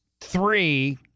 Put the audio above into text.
Three